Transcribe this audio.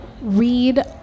Read